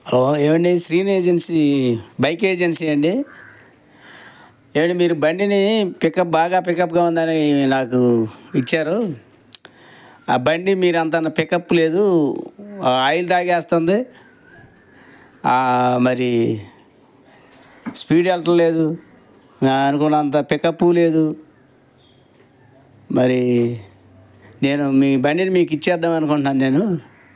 hello ఏవండీ Srinu agency bike agency అండి ఏవండీ మీరు బండిని పికప్ బాగా పికప్గా ఉందని నాకు ఇచ్చారు ఆ బండి మీరు అన్నంత పికప్ లేదు ఆయిల్ తాగేస్తుంది మరి స్పీడ్ వెళ్ళట్లేదు అనుకున్నంత పికప్పు లేదు మరి నేను మీ బండిని మీకు ఇచ్చేద్దాము అనుకుంటున్నాను నేను